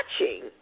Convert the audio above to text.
watching